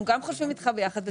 אנחנו חושבים איתך ביחד.